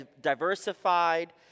diversified